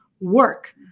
work